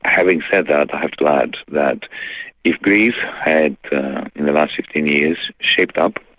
having said that i have to add that if greece had in the last fifteen years shaped up,